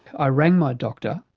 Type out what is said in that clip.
i rang my doctor.